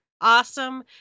awesome